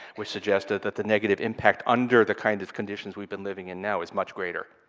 which suggested that the negative impact, under the kind of conditions we've been living in now is much greater.